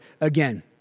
again